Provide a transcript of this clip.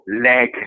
leg